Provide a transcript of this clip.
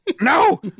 No